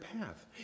path